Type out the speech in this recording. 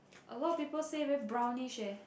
a lot of people say very brownish eh